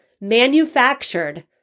manufactured